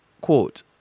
quote